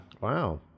Wow